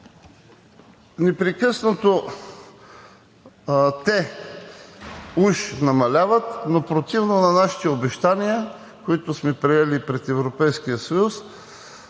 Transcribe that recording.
Непрекъснато те уж намаляват, но противно на нашите обещания, които сме приели пред Европейския съюз,